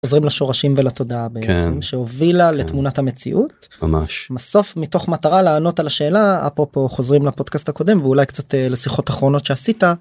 חוזרים לשורשים ולתודעה בעצם שהובילה לתמונת המציאות ממש בסוף מתוך מטרה לענות על השאלה אפרופו חוזרים לפודקאסט הקודם ואולי קצת לשיחות אחרונות שעשית.